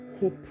hope